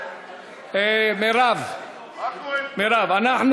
מרב, אנחנו